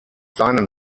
seinen